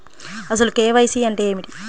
అసలు కే.వై.సి అంటే ఏమిటి?